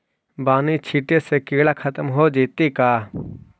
बानि छिटे से किड़ा खत्म हो जितै का?